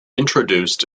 introduced